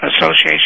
Association